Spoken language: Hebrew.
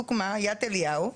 דוגמה יד אליהו,